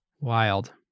Wild